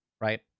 right